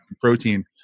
protein